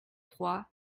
trois